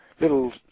little